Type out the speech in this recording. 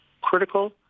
critical